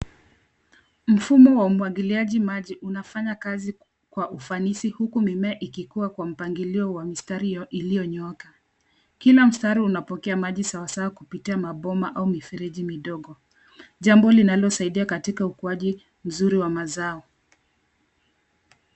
Mfumo wa umwagiliaji maji unafanya kazi kwa ufanisi huku mimea ikikuwa kwa mpangilio wa mistari iliyo nyooka. Kila mstari unapokea maji sawa sawa kupitia mabomba au mifereji midogo. Jambo linalo saidia katika ukuaji mzuri wa mazao.